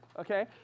okay